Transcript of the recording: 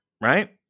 right